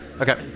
Okay